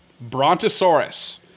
Brontosaurus